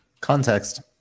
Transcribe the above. Context